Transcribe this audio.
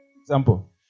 example